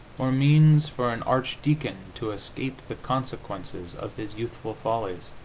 or means for an archdeacon to escape the consequences of his youthful follies.